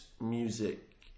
music